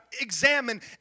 examine